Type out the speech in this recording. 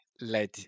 led